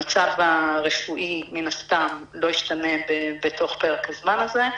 המצב הרפואי מן הסתם לא ישתנה בתוך פרק הזמן הזה,